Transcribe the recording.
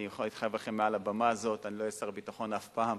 אני יכול להתחייב לכם מעל הבמה הזאת: אני לא אהיה שר ביטחון אף פעם,